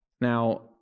Now